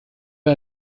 wir